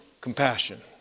compassion